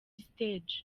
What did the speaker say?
stage